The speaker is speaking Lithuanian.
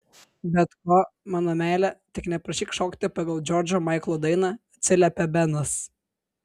bet ko mano meile tik neprašyk šokti pagal džordžo maiklo dainą atsiliepė benas